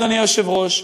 אדוני היושב-ראש,